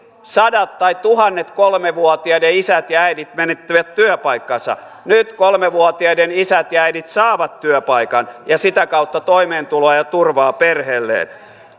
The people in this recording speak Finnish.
sadat tai tuhannet kolmevuotiaiden isät ja äidit menettivät työpaikkansa nyt kolmevuotiaiden isät ja äidit saavat työpaikan ja sitä kautta toimeentuloa ja turvaa perheelleen